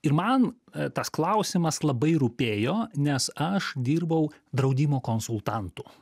ir man tas klausimas labai rūpėjo nes aš dirbau draudimo konsultantu